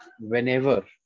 whenever